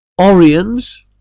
Oriens